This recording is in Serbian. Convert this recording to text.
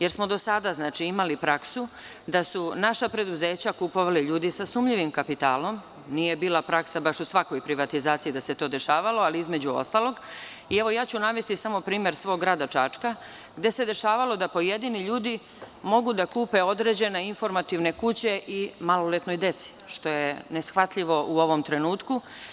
Jer smo do sada imali praksu da su naša preduzeća kupovali ljudi sa sumnjivim kapitalom, nije bila praksa u svakoj privatizaciji, da se to dešavalo, ali ću navesti primer samo svog grada Čačka, gde se dešavalo da pojedini ljudi mogu da kupe određene informativne kuće i maloletnoj deci, što je neshvatljivo u ovom trenutku.